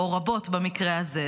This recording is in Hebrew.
או רבות במקרה הזה,